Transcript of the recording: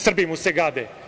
Srbi mu se gade.